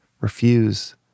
refuse